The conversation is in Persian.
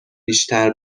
بیشتر